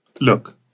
look